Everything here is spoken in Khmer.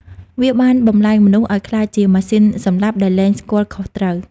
វាបានបំប្លែងមនុស្សឱ្យក្លាយជាម៉ាស៊ីនសម្លាប់ ដែលលែងស្គាល់ខុសត្រូវ។